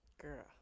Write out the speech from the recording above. girl